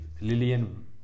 Lillian